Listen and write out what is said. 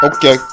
Okay